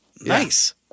Nice